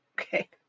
okay